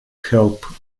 help